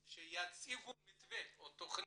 שיציגו מתווה או תכנית.